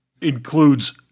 includes